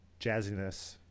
jazziness